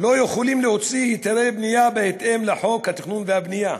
לא יכולים להוציא היתרי בנייה בהתאם לחוק התכנון והבנייה.